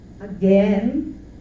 Again